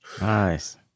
nice